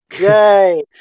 Yay